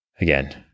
again